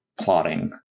plotting